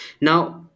now